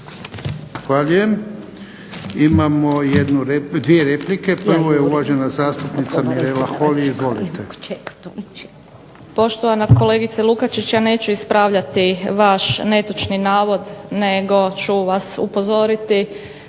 Imamo dvije replike. Prva je uvažena zastupnica Mirela Holy. Izvolite. **Holy, Mirela (SDP)** Poštovana kolegice Lukačić ja neću ispravljati vaš netočni navod nego ću vas upozoriti